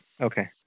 Okay